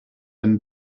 and